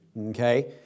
Okay